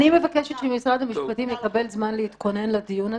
אני מבקשת שמשרד המשפטים יקבל זמן להתכונן לדיון הזה,